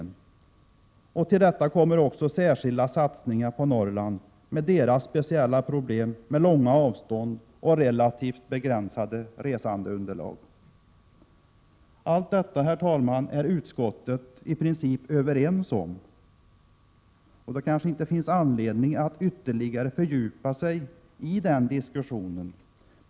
Till detta kommer särskilda satsningar på Norrland, med beaktande av Norrlands speciella problem som långa avstånd och relativt begränsade resandeunderlag. Allt detta, herr talman, är utskottet i princip överens om. Därför finns det kanske inte anledning att ytterligare fördjupa sig i frågan.